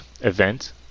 event